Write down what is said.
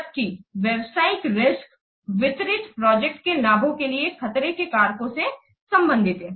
जबकि व्यावसायिक रिस्क वितरित प्रोजेक्ट के लाभों के लिए खतरा के कारकों से संबंधित हैं